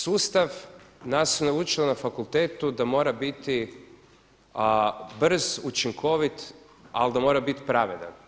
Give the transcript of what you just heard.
Sustav, nas su učili na fakultetu da mora biti brz, učinkovit ali da mora biti pravedan.